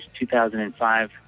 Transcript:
2005